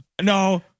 No